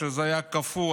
כשזה היה קפוא,